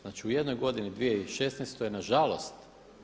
Znači u jednoj godini 2016. nažalost.